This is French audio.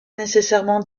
nécessairement